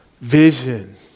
Vision